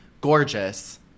gorgeous